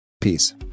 Peace